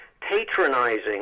patronizing